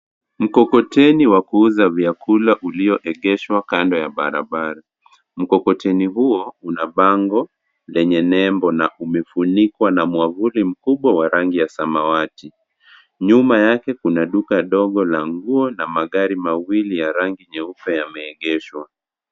Mkokoteni wa kuuza vyakula uliyoegeeshwa kando ya barabara mkokoteni huo una bango lenye nembo na kumefunikwa na mwavuli mkubwa wa rangi ya samawati ,nyuma yake kuna duka ndogo la nguo na magari mawili ya rangi nyeupe yameegeshwa.